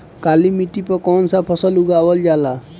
काली मिट्टी पर कौन सा फ़सल उगावल जाला?